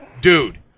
Dude